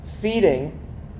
feeding